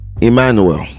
Emmanuel